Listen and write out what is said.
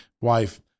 wife